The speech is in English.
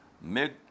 make